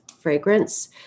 fragrance